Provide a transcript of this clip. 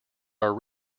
our